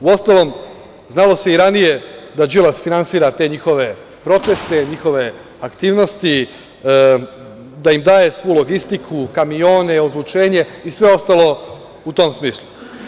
Uostalom, znalo se i ranije da Đilas finansira te njihove proteste, njihove aktivnosti, da im daje svu logistiku, kamione, ozvučenje i sve ostalo u tom smislu.